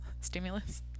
stimulus